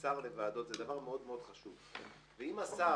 גם כיושב ראש הוועדה לצדק חלוקתי ושוויון חברתי וגם כיושב ראש ועדת